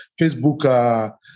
Facebook